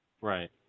right